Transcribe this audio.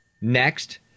next